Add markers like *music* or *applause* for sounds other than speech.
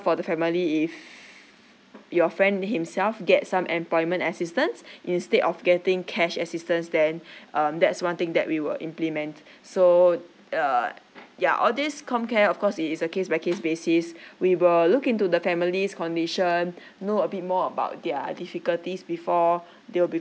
for the family if your friend himself get some employment assistance instead of getting cash assistance then *breath* um that's one thing that we will implement so uh ya all this comcare of course it is a case by case basis we will look into the family's condition know a bit more about their difficulties before *breath* they will be